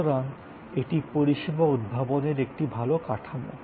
সুতরাং এটি পরিষেবা উদ্ভাবনের একটি ভাল কাঠামো